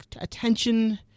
attention